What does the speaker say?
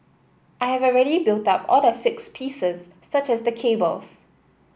I have already built up all the fixed pieces such as the cables